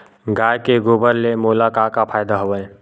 गाय के गोबर ले मोला का का फ़ायदा हवय?